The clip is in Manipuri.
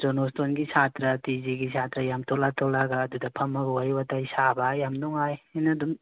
ꯖꯣꯅꯣꯁꯇꯣꯟꯒꯤ ꯁꯥꯇ꯭ꯔ ꯇꯤꯖꯤꯒꯤ ꯁꯥꯇ꯭ꯔ ꯌꯥꯝ ꯊꯣꯛꯂ ꯊꯣꯛꯂꯛꯑꯒ ꯑꯗꯨꯗ ꯐꯝꯃꯒ ꯋꯥꯔꯤ ꯋꯇꯥꯏ ꯁꯥꯕ ꯌꯥꯝ ꯅꯨꯉꯥꯏ ꯁꯤꯅ ꯑꯗꯨꯝ